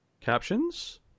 Captions